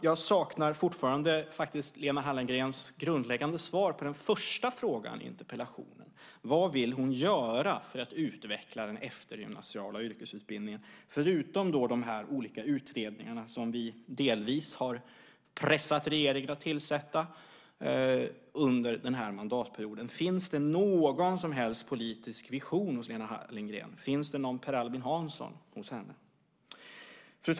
Jag saknar faktiskt fortfarande Lena Hallengrens grundläggande svar på den första frågan i interpellationen. Vad vill hon göra för att utveckla den eftergymnasiala yrkesutbildningen, förutom de olika utredningar som vi delvis har pressat regeringen att tillsätta under den här mandatperioden? Finns det någon som helst politisk vision hos Lena Hallengren? Finns det någon Per Albin Hansson hos henne?